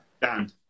Dan